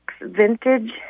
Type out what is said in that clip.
vintage